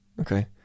Okay